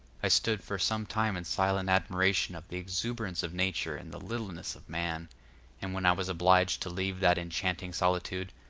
i stood for some time in silent admiration of the exuberance of nature and the littleness of man and when i was obliged to leave that enchanting solitude,